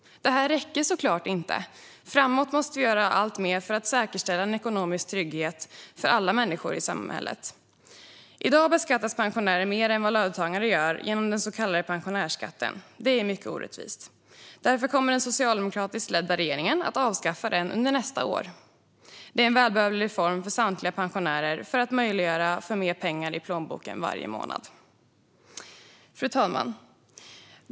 Detta räcker såklart inte. Framöver måste vi göra alltmer för att säkerställa en ekonomisk trygghet för alla människor i samhället. I dag beskattas pensionärer mer än vad löntagare gör genom den så kallade pensionärsskatten. Det är mycket orättvist, och därför kommer den socialdemokratiskt ledda regeringen att avskaffa denna skatt under nästa år. Detta är en välbehövlig reform för samtliga pensionärer för att möjliggöra mer pengar i plånboken varje månad. Fru talman!